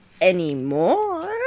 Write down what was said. anymore